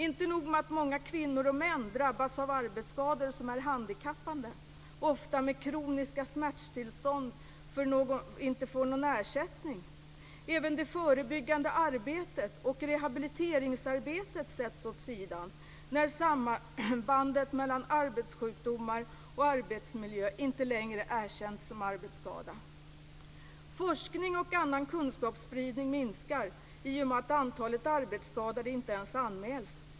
Inte nog med att många kvinnor och män drabbats av arbetsskador som är handikappande - ofta med kroniska smärttillstånd - och inte får någon ersättning, även det förebyggande arbetet och rehabiliteringsarbetet sätts åt sidan när sambandet mellan arbetssjukdomar och arbetsmiljö inte längre erkänns som arbetsskada. Forskning och annan kunskapsspridning minskar i och med att antalet arbetsskadade inte ens anmäls.